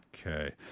okay